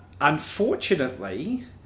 unfortunately